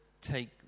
take